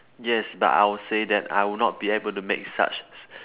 yes but I would say that I would not be able to make such